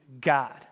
God